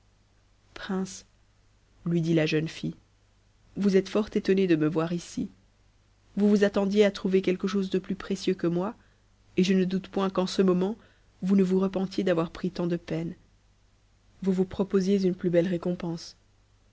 prince lui dit la jeune fille vous êtes fort étonné de me voir ici vous vous attendiez à trouver quelque chose de plus précieux que moi et je ne doute point qu'en ce moment vous ne vous repentiez d'avoir pris tant de peine vous vous proposiez une plus belle récompense